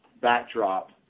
backdrop